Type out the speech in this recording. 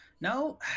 No